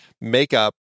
makeup